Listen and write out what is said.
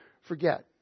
forget